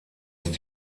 ist